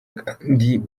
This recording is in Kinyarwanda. kandi